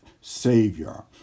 Savior